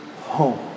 home